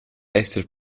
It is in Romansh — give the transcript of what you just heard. esser